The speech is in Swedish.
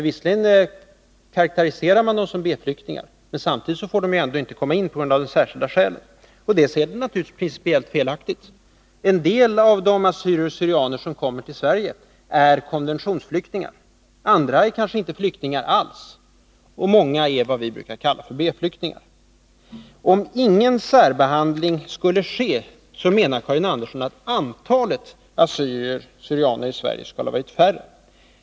Visserligen karakteriserar man dem som B-flyktingar, men de får ändå inte komma in i landet på grund av de särskilda skälen. Sedan är särbehandlingen naturligtvis också principiellt felaktig. En del av de assyrier syrianer i Sverige skulle ha varit färre.